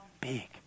Big